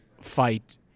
fight